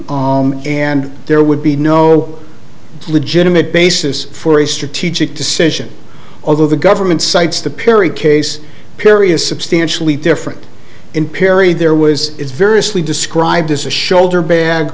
r and there would be no legitimate basis for a strategic decision although the government cites the perry case perry is substantially different in perry there was variously described as a shoulder bag